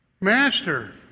Master